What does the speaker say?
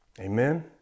amen